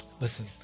Listen